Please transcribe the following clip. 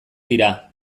dira